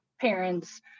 parents